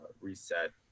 reset